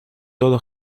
todo